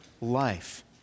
life